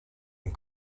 and